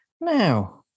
now